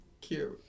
cute